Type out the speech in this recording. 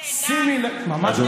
הלך לי נהדר.